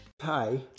Hi